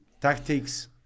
tactics